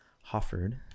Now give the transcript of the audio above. Hofford